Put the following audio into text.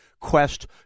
Quest